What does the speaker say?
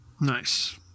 Nice